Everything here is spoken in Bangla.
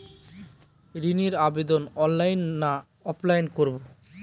ঋণের আবেদন অনলাইন না অফলাইনে করব?